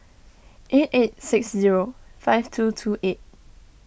eight eight six zero five two two eight